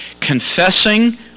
confessing